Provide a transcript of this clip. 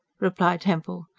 replied hempel.